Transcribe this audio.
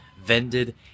Vended